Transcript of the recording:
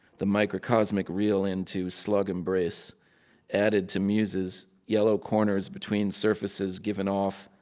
the microcosmic real into slug embrace added to muses. yellow corners between surfaces given off,